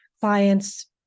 clients